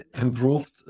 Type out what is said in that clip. improved